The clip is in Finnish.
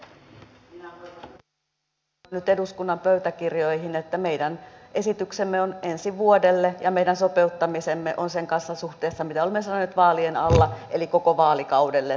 todettakoon nyt eduskunnan pöytäkirjoihin että meidän esityksemme on ensi vuodelle ja meidän sopeuttamisemme on sen kanssa suhteessa mitä olemme sanoneet vaalien alla eli koko vaalikaudelle